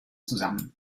zusammen